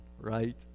Right